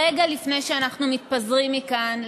רגע לפני שאנחנו מתפזרים מכאן,